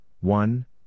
one